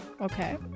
Okay